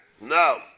No